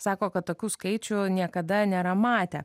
sako kad tokių skaičių niekada nėra matę